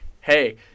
hey